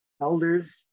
elders